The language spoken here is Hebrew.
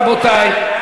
רבותי?